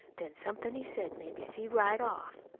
then somethin' he said made me see right off.